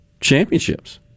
championships